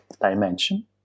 dimension